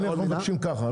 אנחנו מבקשים ככה,